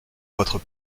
votre